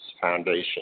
Foundation